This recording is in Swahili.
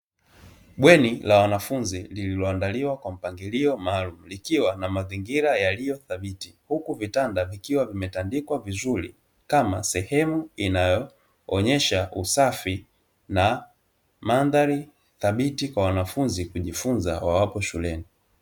Bweni la wanafunzi lililoandaliwa kwa mpangilio maalumu, likiwa na mazingira yaliyo thabiti, huku vitanda vikiwa vimetandikwa vizuri kama sehemu inayoonyesha usafi na mandhari thabiti, kwa wanafunzi kujifunza wawapo shuleni.